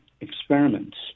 experiments